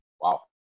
Wow